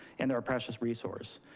and they're a precious resource.